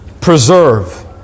preserve